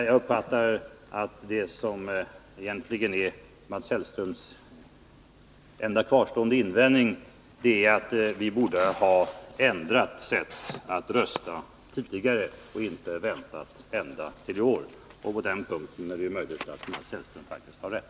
Jag uppfattar att det som egentligen är Mats Hellströms enda kvarstående invändning är att vi borde ha ändrat vårt sätt att rösta tidigare och inte väntat ända till i år. På den punkten är det möjligt att Mats Hellström faktiskt har rätt.